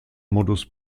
modus